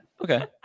Okay